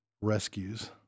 rescues